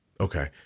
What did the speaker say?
Okay